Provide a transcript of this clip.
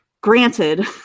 granted